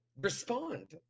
respond